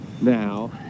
now